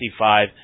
55